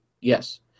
Yes